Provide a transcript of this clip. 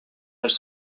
elles